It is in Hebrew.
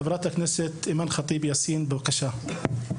חברת הכנסת אימאן ח'טיב יאסין, בבקשה.